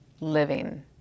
living